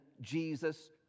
Jesus